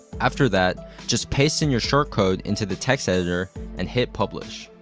after that, just paste in your shortcode into the text editor and hit publish.